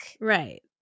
Right